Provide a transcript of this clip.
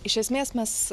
iš esmės mes